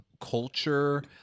culture